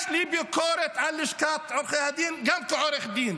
יש לי ביקורת על לשכת עורכי הדין, גם כעורך דין,